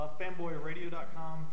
fanboyradio.com